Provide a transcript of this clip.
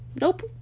Nope